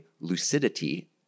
lucidity